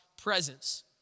presence